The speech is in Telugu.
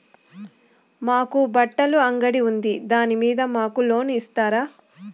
మాకు బట్టలు అంగడి ఉంది దాని మీద మాకు లోను ఇస్తారా